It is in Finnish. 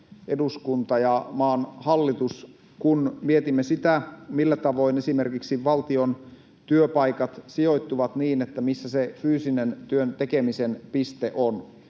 eduskunta, ja maan hallitus, kun mietimme sitä, millä tavoin esimerkiksi valtion työpaikat sijoittuvat sinne, missä se fyysisen työn tekemisen piste on.